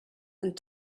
and